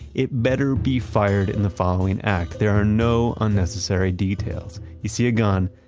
it better be fired in the following act. there are no unnecessary details. you see a gun,